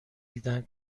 دیدن